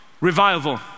revival